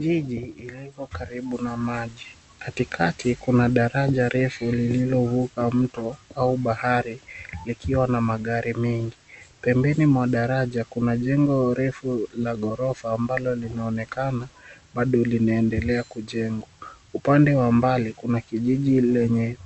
Jiji liko karibu na maji. Katikati kuna daraja refu lililovuka mto au bahari likiwa na magari mengi. Pembeni mwa daraja kuna jengo refu la ghorofa ambalo linaonekana bado linaendelea kujengwa. Upande wa mbali kuna kijiji lenye